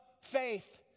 faith